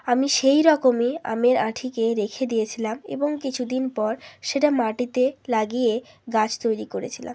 আমি সেই রকমই আমের আঁটিকে রেখে দিয়েছিলাম এবং কিছু দিন পর সেটা মাটিতে লাগিয়ে গাছ তৈরি করেছিলাম